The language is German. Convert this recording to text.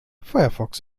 firefox